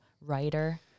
writer